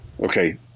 okay